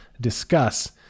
discuss